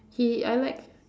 he I like